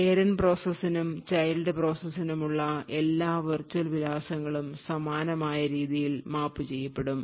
parent പ്രോസസ്സിനും child പ്രോസസ്സിനുമുള്ള എല്ലാ വെർച്വൽ വിലാസങ്ങളും സമാനമായ രീതിയിൽ മാപ്പുചെയ്യപ്പെടും